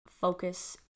focus